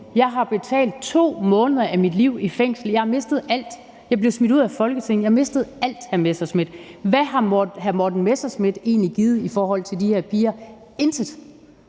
Jeg har betalt 2 måneder af mit liv i fængsel. Jeg har mistet alt. Jeg blev smidt ud af Folketinget. Jeg mistede alt, hr. Morten Messerschmidt. Hvad har hr. Morten Messerschmidt egentlig givet i forhold til de her piger? Intet.